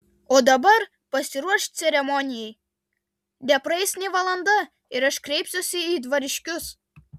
o dabar pasiruošk ceremonijai nepraeis nė valanda ir aš kreipsiuosi į dvariškius